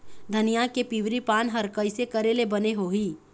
धनिया के पिवरी पान हर कइसे करेले बने होही?